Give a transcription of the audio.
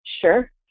Sure